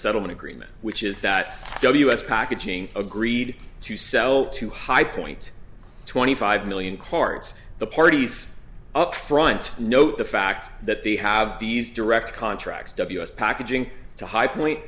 settlement agreement which is that the us packaging agreed to sell to high point twenty five million quarts the parties up front note the fact that they have these direct contracts ws packaging to high point